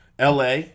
LA